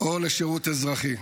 או לשירות אזרחי.